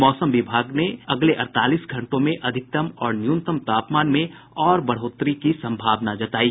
मौसम विभाग ने अड़तालीस घंटों में अधिकतम और न्यूनतम तापमान में और बढ़ोत्तरी की संभावना जतायी